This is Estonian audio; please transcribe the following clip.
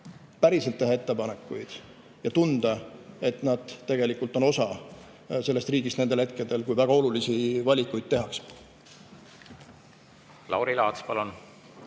päriselt teha ettepanekuid ja tunda, et nad on osa riigist nendel hetkedel, kui väga olulisi valikuid tehakse. Lauri Laats, palun!